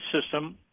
system